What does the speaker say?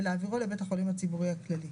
ולהעבירו לבית החולים הציבורי הכללי.